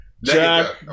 Jack